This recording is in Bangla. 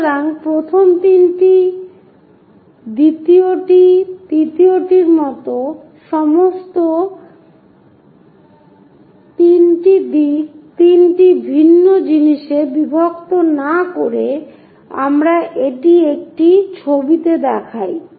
সুতরাং প্রথম তিনটি দ্বিতীয়টি তৃতীয়টির মতো সমস্ত 3 টি দিক 3 টি ভিন্ন জিনিসে বিভক্ত না করে আমরা এটি একটি ছবিতে দেখাই